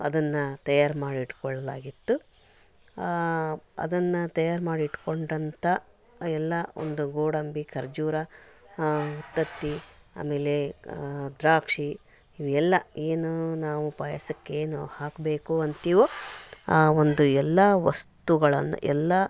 ಅದನ್ನು ತಯಾರು ಮಾಡಿ ಇಟ್ಕೊಳ್ಳಲಾಗಿತ್ತು ಅದನ್ನು ತಯಾರು ಮಾಡಿ ಇಟ್ಟುಕೊಂಡಂಥ ಎಲ್ಲ ಒಂದು ಗೋಡಂಬಿ ಖರ್ಜೂರ ಉತ್ತತ್ತಿ ಆಮೇಲೆ ದ್ರಾಕ್ಷಿ ಇವು ಎಲ್ಲ ಏನು ನಾವು ಪಾಯಸಕ್ಕೆ ಏನು ಹಾಕಬೇಕು ಅಂತೀವೋ ಆ ಒಂದು ಎಲ್ಲ ವಸ್ತುಗಳನ್ನು ಎಲ್ಲ